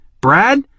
Brad